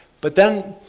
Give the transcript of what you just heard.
but then,